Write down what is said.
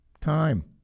time